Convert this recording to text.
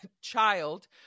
child